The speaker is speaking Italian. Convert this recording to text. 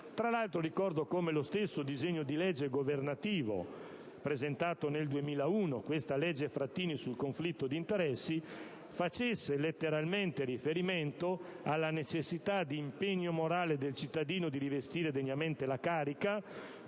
Tra l'altro, ricordo come lo stesso disegno di legge governativo presentato nel 2001 e approvato come legge Frattini sul conflitto di interessi nel 2004 facesse letteralmente riferimento alla necessità d'impegno morale del cittadino di rivestire degnamente la carica